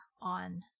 on